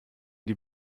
die